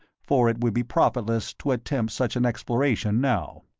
for it would be profitless to attempt such an exploration now.